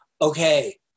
Okay